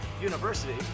University